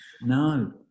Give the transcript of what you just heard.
No